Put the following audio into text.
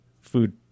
food